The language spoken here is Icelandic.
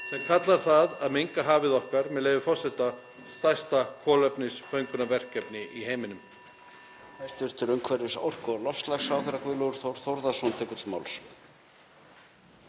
sem kallar það að menga hafið okkar, með leyfi forseta, stærsta kolefnisföngunarverkefni í heiminum?